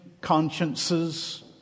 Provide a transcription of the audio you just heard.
consciences